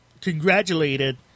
congratulated